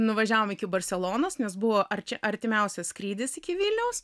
nuvažiavom iki barselonos nes buvo rtimiausias skrydis iki vilniaus